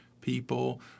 people